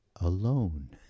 alone